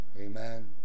Amen